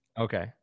okay